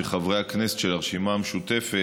כשלא נוח לחברי הכנסת של הרשימה המשותפת